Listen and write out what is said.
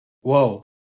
Whoa